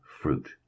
fruit